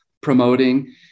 promoting